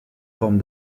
forme